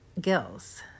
gills